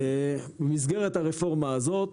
במסגרת הרפורמה הזאת,